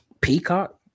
Peacock